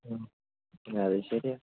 അതും ശരിയാണ്